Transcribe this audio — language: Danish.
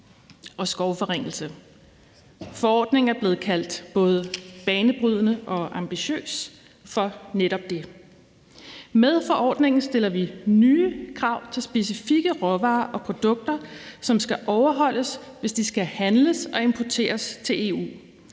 Forordningen er blevet kaldt både banebrydende og ambitiøs for netop det. Med forordningen stiller vi nye krav til specifikke råvarer og produkter, som skal overholdes, hvis de skal handles og importeres til EU.